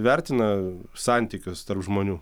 vertina santykius tarp žmonių